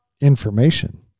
information